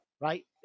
Right